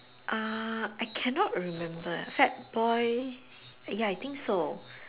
uh I cannot remember Fatboy ya I think so